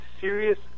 serious